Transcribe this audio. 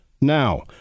now